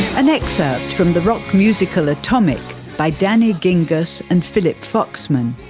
an excerpt from the rock musical atomic by danny ginges and philip foxman,